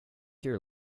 your